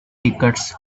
tickets